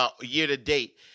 year-to-date